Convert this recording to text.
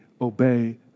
obey